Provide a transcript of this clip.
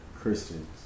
Christians